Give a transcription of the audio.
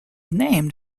named